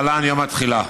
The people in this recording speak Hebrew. להלן: יום התחילה.